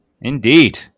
Indeed